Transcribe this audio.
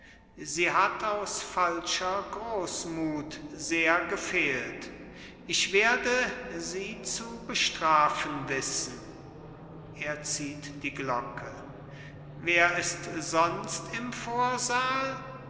sie hat aus falscher großmut sehr gefehlt ich werde sie zu bestrafen wissen er zieht die glocke wer ist sonst im vorsaal